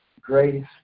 grace